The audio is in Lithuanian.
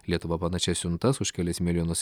lietuva panašias siuntas už kelis milijonus